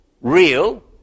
real